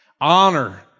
Honor